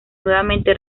nuevamente